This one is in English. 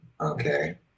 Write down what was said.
Okay